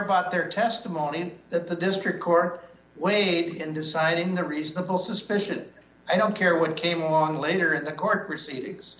about their testimony and that the district court weighed in deciding the reasonable suspicion i don't care what came along later in the court proceedings